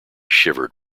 shivered